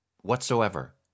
whatsoever